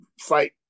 fight